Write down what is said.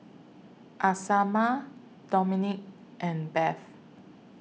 Isamar Domonique and Bev